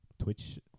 twitch